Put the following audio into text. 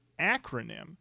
acronym